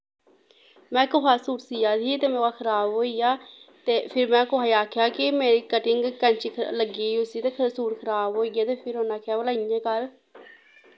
में कुसे दा सूट सिया दी ही ते तेमेरे कोला खराब होईया ते फिर में कुसे गी आखेआ कि मेरी कटिंग कैची लग्गी उस्सी ते सूट खराब होईयै ते फिर उनैं आखेआ भला इ'यां कर